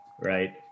right